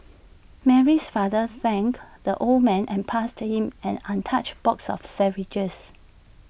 Mary's father thanked the old man and passed him an untouched box of sandwiches